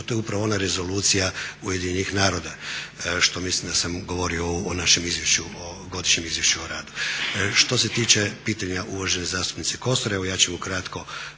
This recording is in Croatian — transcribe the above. to je upravo ona Rezolucija UN-a što mislim da sam govorio u našem Izvješću, u Godišnjem izvješću o radu. Što se tiče pitanja uvažene zastupnice Kosor, evo ja ću ukratko